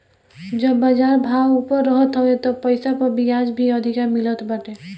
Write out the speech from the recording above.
जब बाजार भाव ऊपर रहत हवे तब पईसा पअ बियाज भी अधिका मिलत बाटे